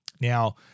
Now